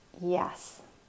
yes